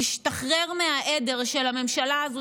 תשתחרר מהעדר של הממשלה הזאת,